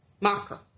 marker